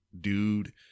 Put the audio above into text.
dude